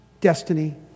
destiny